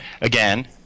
Again